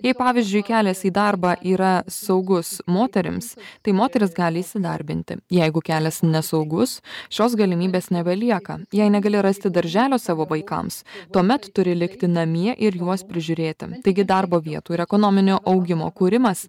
jei pavyzdžiui kelias į darbą yra saugus moterims tai moteris gali įsidarbinti jeigu kelias nesaugus šios galimybės nebelieka jei negali rasti darželio savo vaikams tuomet turi likti namie ir juos prižiūrėti taigi darbo vietų ir ekonominio augimo kūrimas